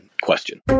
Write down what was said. question